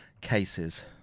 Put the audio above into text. cases